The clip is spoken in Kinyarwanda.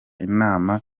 inama